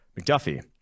McDuffie